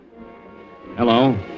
Hello